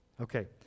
Okay